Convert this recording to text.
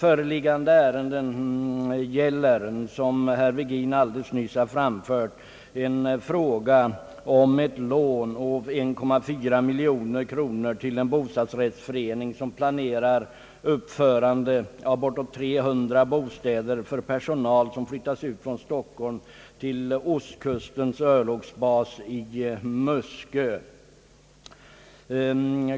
Som herr Virgin alldeles nyss anfört, gäller den ett lån på 1,4 miljon kronor till en bostadsrättsförening för uppförande av bortåt 300 bostäder åt personal som flyttats ut från Stockholm till Ostkustens örlogsbas på Muskö.